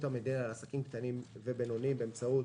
המדינה לעסקים קטנים ובינוניים באמצעות